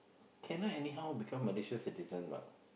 can I anyhow become Malaysia citizen what